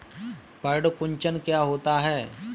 पर्ण कुंचन क्या होता है?